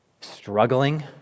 struggling